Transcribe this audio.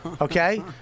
Okay